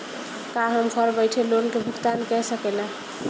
का हम घर बईठे लोन के भुगतान के शकेला?